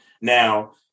Now